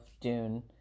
Dune